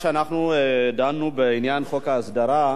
כשאנחנו דנו בעניין חוק ההסדרה,